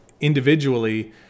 individually